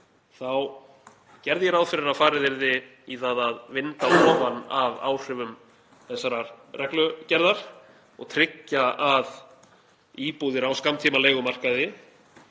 þá gerði ég ráð fyrir að farið yrði í það að vinda ofan af áhrifum þessarar reglugerðar og tryggja að íbúðir á skammtímaleigumarkaði